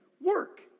work